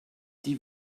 die